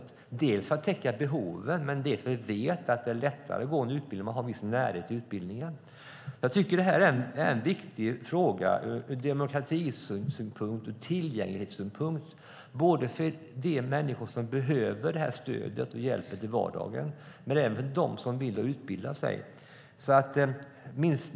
Det innebär att det blir svårare att täcka behoven, och vi vet dessutom att det är lättare att gå en utbildning om den finns i närheten. Detta är en viktig fråga ur demokratisynpunkt och tillgänglighetssynpunkt, både för dem som behöver stöd och hjälp i vardagen och för dem som vill utbilda sig.